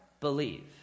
believe